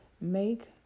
Make